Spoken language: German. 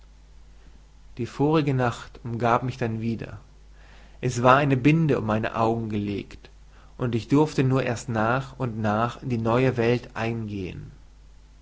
die vorige nacht umgab mich dann wieder es war eine binde um meine augen gelegt und ich durfte nur erst nach und nach in die neue welt eingehen